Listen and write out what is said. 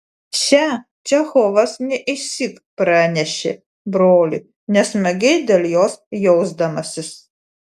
šią čechovas ne išsyk pranešė broliui nesmagiai dėl jos jausdamasis